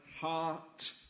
heart